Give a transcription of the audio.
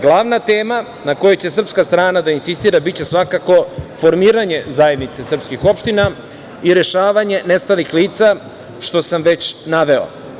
Glavna tema na kojoj će srpska strana da insistira biće svakako formiranje Zajednice srpskih opština i rešavanje nestalih lica, što sam već naveo.